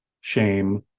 shame